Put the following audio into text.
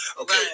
okay